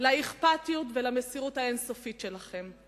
לאכפתיות ולמסירות האין-סופית שלכם.